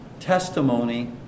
testimony